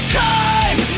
time